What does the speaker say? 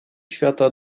świata